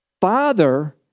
Father